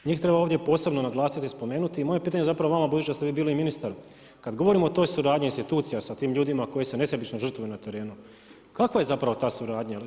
Njih treba ovdje posebno naglasiti ili spomenuti i moje pitanje zapravo vama budući da ste vi bili i ministar, kada govorimo o toj suradnji institucija sa tim ljudima koji se nesebično žrtvuju na terenu kakva je zapravo ta suradnja?